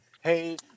hey